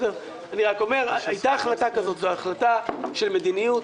אומר, הייתה החלטה כזו, זו החלטה של מדיניות.